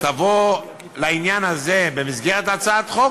תבוא עם העניין הזה במסגרת הצעת חוק,